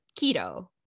keto